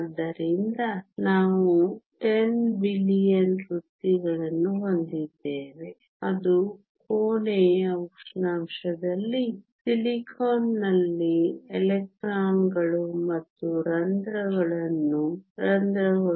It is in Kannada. ಆದ್ದರಿಂದ ನಾವು 10 ಬಿಲಿಯನ್ ವೃತ್ತಿಗಳನ್ನು ಹೊಂದಿದ್ದೇವೆ ಅದು ಕೋಣೆಯ ಉಷ್ಣಾಂಶದಲ್ಲಿ ಸಿಲಿಕಾನ್ನಲ್ಲಿ ಎಲೆಕ್ಟ್ರಾನ್ಗಳು ಮತ್ತು ರಂಧ್ರಗಳು